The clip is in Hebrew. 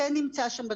כן נמצא שם,